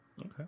Okay